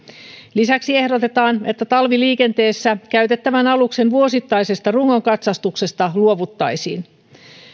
lisäksi ehdotetaan että talviliikenteessä käytettävän aluksen vuosittaisesta rungon katsastuksesta luovuttaisiin